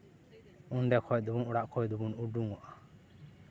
ᱚᱸᱰᱮ ᱠᱷᱚᱱ ᱫᱚᱵᱚᱱ ᱚᱲᱟᱜ ᱠᱷᱚᱱ ᱫᱚᱵᱚᱱ ᱩᱰᱩᱠᱚᱜᱼᱟ